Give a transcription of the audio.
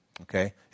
okay